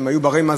הם היו ברי-מזל,